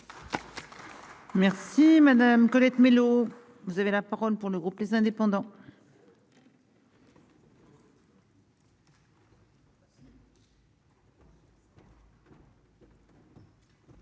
Merci Madame, Colette Mélot, vous avez la parole pour le groupe les indépendants.